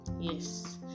Yes